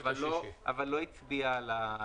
אבל לא הצביעה עליהם.